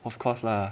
ofcourse lah